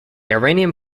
iranian